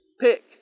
Pick